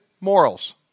morals